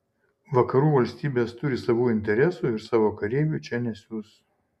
vakarų valstybės turi savų interesų ir savo kareivių čia nesiųs